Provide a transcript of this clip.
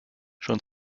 schon